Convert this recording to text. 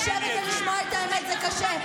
לשבת ולשמוע את האמת זה קשה.